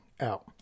out